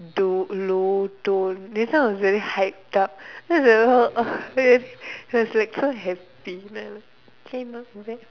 do low tone this one was very hyped up then I was like so happy k lah